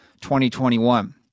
2021